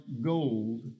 gold